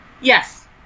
Yes